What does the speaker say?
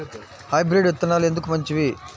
Hybrid విత్తనాలు ఎందుకు మంచివి?